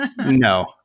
No